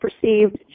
perceived